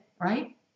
right